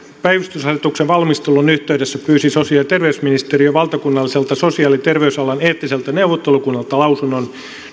päivystysasetuksen valmistelun yhteydessä pyysin sosiaali ja terveysministeriön valtakunnalliselta sosiaali ja terveysalan eettiseltä neuvottelukunnalta lausunnon